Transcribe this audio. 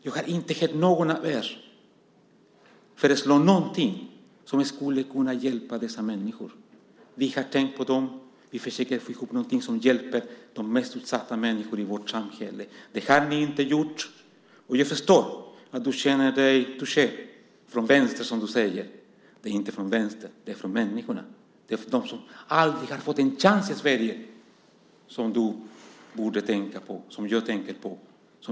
Jag har inte hört någon av er föreslå någonting som kan hjälpa dessa människor. Vi har tänkt på dem. Vi försöker få ihop något som hjälper de mest utsatta människorna i vårt samhälle. Det har ni inte gjort. Jag förstår att du känner dig touché från vänster, som du säger. Det är inte från vänster utan det är från människorna. Det är de som aldrig har fått en chans i Sverige som du borde tänka på och som jag tänker på.